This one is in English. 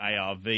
ARV